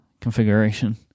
configuration